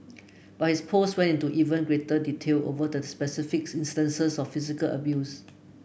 but his post went into even greater detail over the specific instances of physical abuse